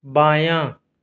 بایاں